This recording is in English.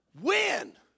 win